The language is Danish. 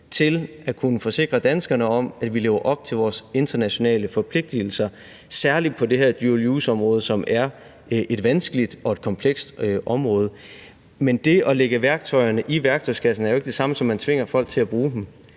og at kunne forsikre danskerne om, at vi lever op til vores internationale forpligtelser, særlig på det her dual use-område, som er et vanskeligt og et komplekst område. Men det at lægge værktøjerne i værktøjskassen er jo ikke det samme, som at man tvinger folk til at bruge dem.